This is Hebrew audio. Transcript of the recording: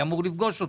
אני אמור לפגוש אותו.